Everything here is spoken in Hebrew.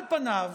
על פניו,